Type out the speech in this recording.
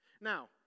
Now